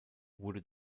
wurde